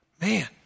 Man